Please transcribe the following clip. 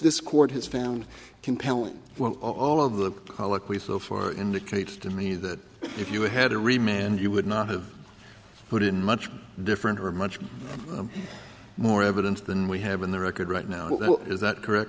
this court has found compelling all of the colloquy so far indicates to me that if you had a remained you would not have put it much different or much more evidence than we have in the record right now is that correct